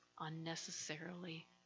unnecessarily